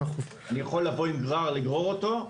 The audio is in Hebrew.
אני יכול לבוא עם גרר ולגרור אותו,